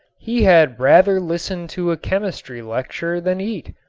he had rather listen to a chemistry lecture than eat.